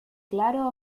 claro